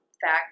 fact